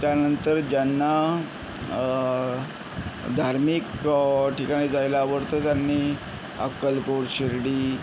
त्यानंतर ज्यांना धार्मिक ऑ ठिकाणी जायला आवडतं त्यांनी अक्कलकोट शिर्डी